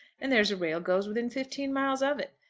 and there's a rail goes within fifteen miles of it.